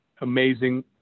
amazing